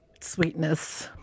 sweetness